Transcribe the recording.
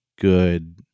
good